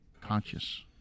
conscious